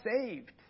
saved